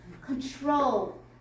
control